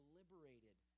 liberated